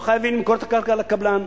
לא חייבים למכור את הקרקע לקבלן.